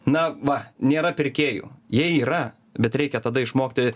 na va nėra pirkėjų jie yra bet reikia tada išmokti